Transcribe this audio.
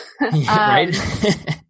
Right